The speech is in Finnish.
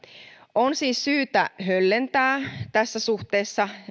on siis syytä höllentää tässä suhteessa